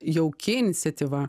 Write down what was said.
jauki iniciatyva